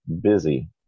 busy